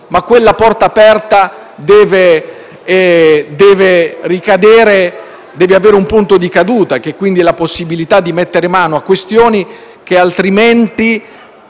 ma quella porta aperta deve avere un punto di caduta, che è la possibilità di mettere mano a questioni che, altrimenti,